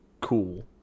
cool